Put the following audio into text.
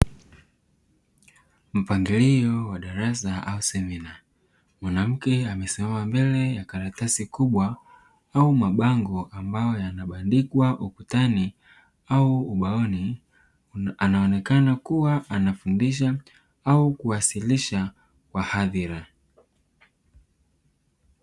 Mpangilio wa darasa au semina. Mwanamke amesimama mbele ya karatasi kubwa au mabango ambayo yanabadikwa ukutani au ubaoni. Anaonekana kuwa anafundisha au kuwasilisha wahadhira.